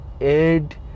aid